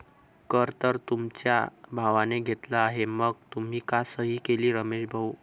कर तर तुमच्या भावाने घेतला आहे मग तुम्ही का सही केली रमेश भाऊ?